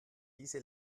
diese